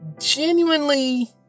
genuinely